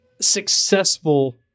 successful